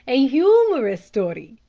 a humorous story,